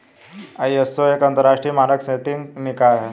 ISO एक अंतरराष्ट्रीय मानक सेटिंग निकाय है